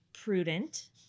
prudent